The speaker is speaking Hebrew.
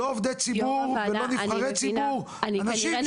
לא עובדי ציבור ולא נבחרי ציבור --- אני מבינה,